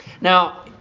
now